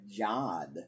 Jod